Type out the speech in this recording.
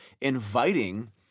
inviting